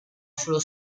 sullo